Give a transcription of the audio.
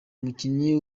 umukinnyi